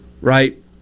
right